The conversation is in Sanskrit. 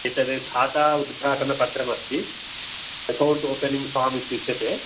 एतत् खाता उदघाटनपत्रम् अस्ति अकौण्ट् ओपनिङ्ग् फ़ार्म् इत्युच्यते